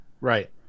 Right